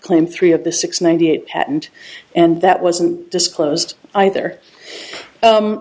claim three of the six ninety eight patent and that wasn't disclosed either